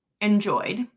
enjoyed